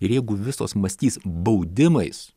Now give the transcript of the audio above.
ir jeigu visos mąstys baudimais